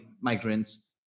migrants